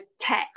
tech